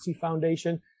Foundation